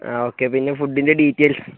ആ ഓക്കേ പിന്നെ ഫുഡിന്റെ ഡീറ്റെയിൽസ്